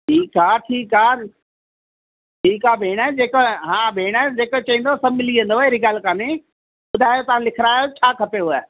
ठीकु आहे ठीकु आहे ठीकु आहे भेण जेको हा भेण जे को चईंदव सभु मिली वेंदव अहिड़ी ॻाल्हि कोन्हे ॿुधायो तव्हां लिखरायो छा खपेव